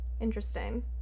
Interesting